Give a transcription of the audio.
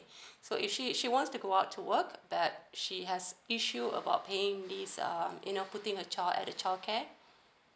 so if she she wants to go out to work that she has issue about paying this um you know putting a child at the childcare